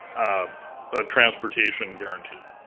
ah a transportation guarantee.